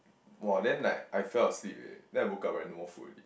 !wah! then like I fell asleep already then I woke up right no more food already